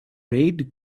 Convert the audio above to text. red